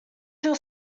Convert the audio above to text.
hill